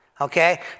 Okay